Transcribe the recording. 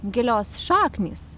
gilios šaknys